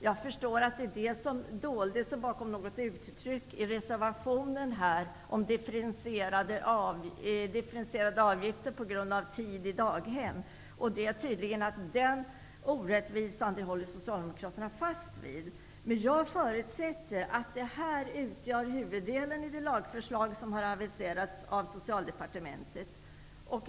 Jag förstår att det är vad som döljer sig bakom det som sägs i reservationen om differentierade avgifter utifrån vistelsetiden beträffande daghem. Vad som sagts om att det skulle vara ett orättvist system håller Socialdemokraterna tydligen fast vid. Jag förutsätter att det här utgör huvuddelen av det lagförslag som Socialdepartementet aviserat.